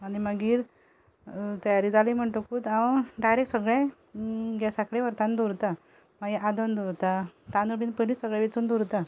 आनी मागीर तयारी जाली म्हणटकूच हांव डायरेक्ट सगळें गॅसा कडेन व्हरता आनी दवरतां मागीर आदन दवरतां तांदूळ बीन पयलींच सगळे वेंचून दवरतां